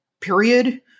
period